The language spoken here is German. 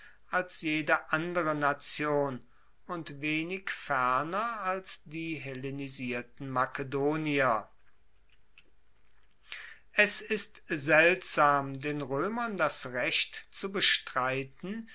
als jede andere nation und wenig ferner als die hellenisierten makedonier es ist seltsam den roemern das recht zu bestreiten